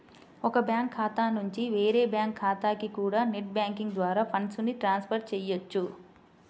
ఒక బ్యాంకు ఖాతా నుంచి వేరే బ్యాంకు ఖాతాకి కూడా నెట్ బ్యాంకింగ్ ద్వారా ఫండ్స్ ని ట్రాన్స్ ఫర్ చెయ్యొచ్చు